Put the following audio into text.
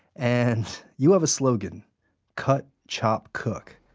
and you have a slogan cut, chop, cook.